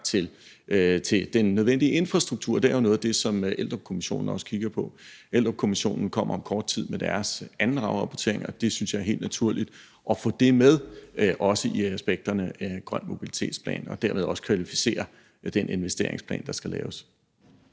til den nødvendige infrastruktur – er jo noget af det, som Eldrupkommissionen også kigger på. Eldrupkommissionen kommer om kort tid med deres anden afrapportering, og jeg synes, det er helt naturligt at få det med, også i aspekterne af en grøn mobilitetsplan, og dermed også kvalificere den investeringsplan, der skal laves.